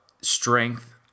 strength